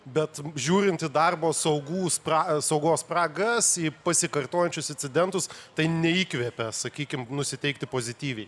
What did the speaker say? bet žiūrint į darbo saugų spra saugos spragas į pasikartojančius incidentus tai neįkvepia sakykim nusiteikti pozityviai